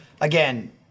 again